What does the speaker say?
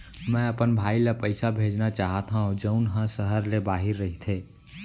मै अपन भाई ला पइसा भेजना चाहत हव जऊन हा सहर ले बाहिर रहीथे